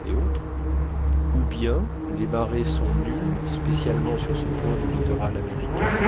et autres ou bien les marées sont nulles spécialement sur ce point du littoral américain